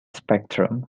spectrum